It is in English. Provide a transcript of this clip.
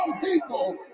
people